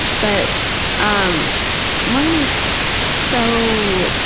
but um mine was so,